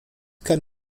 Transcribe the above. kann